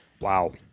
wow